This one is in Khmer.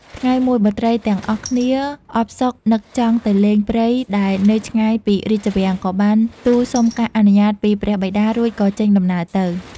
ថ្ងៃមួយបុត្រីទាំងអស់គ្នាអផ្សុកនឹកចង់ទៅលេងព្រៃដែលនៅឆ្ងាយពីរាជវាំង ក៏បានទូលសុំការអនុញ្ញាតពីព្រះបិតា រួចក៏ចេញដំណើរទៅ។